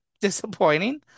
disappointing